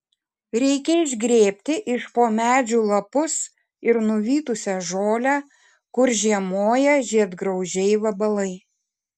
reikia išgrėbti iš po medžių lapus ir nuvytusią žolę kur žiemoja žiedgraužiai vabalai